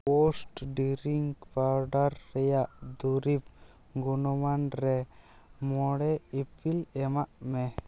post ᱰᱮᱨᱤᱝ powder ᱨᱮᱭᱟᱜ ᱫᱩᱨᱤᱵᱽ ᱜᱚᱱᱚᱝ ᱟᱱ ᱨᱮ ᱢᱚᱬᱮ ᱮᱯᱤᱞ ᱮᱢᱟᱜ ᱢᱮ